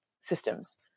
systems